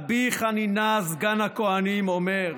"רבי חנינא, סגן הכוהנים, אומר,